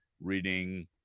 reading